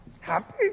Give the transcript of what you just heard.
Happy